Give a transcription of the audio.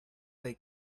they